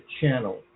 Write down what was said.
channel